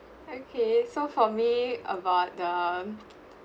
okay so for me about the